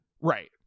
Right